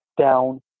down